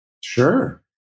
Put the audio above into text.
Sure